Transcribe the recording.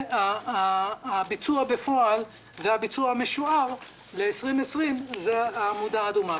והביצוע בפועל והביצוע המשוער ל-2020 זה העמודה האדומה.